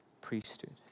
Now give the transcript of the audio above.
priesthood